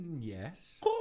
Yes